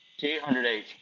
T800H